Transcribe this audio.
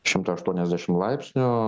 šimta aštuoniasdešimt laipsnių